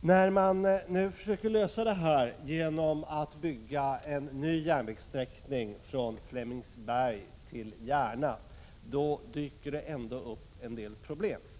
När man nu försöker lösa problemen genom att bygga en ny järnvägssträckning från Flemingsberg till Järna dyker det upp en del svårigheter.